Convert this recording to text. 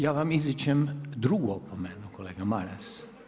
Ja vam izričem drugu opomenu, kolega Maras.